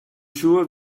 sure